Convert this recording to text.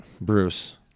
Bruce